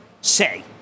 say